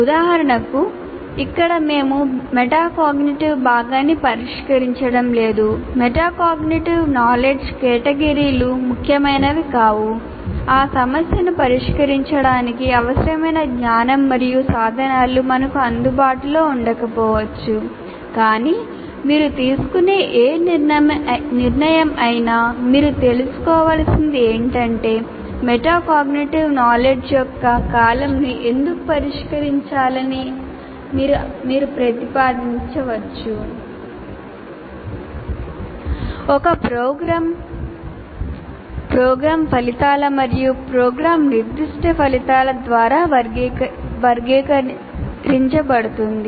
ఉదాహరణకు ఇక్కడ మేము మెటాకాగ్నిటివ్ భాగాన్ని పరిష్కరించడం లేదు మెటాకాగ్నిటివ్ నాలెడ్జ్" యొక్క కాలమ్ను ఎందుకు పరిష్కరించాలని అని మీరు ప్రతిపాదించవచ్చు ఒక ప్రోగ్రామ్ ప్రోగ్రామ్ ఫలితాలు మరియు ప్రోగ్రామ్ నిర్దిష్ట ఫలితాల ద్వారా వర్గీకరించబడుతుంది